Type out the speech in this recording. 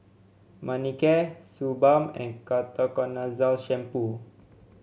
Manicare Suu Balm and Ketoconazole Shampoo